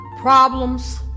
Problems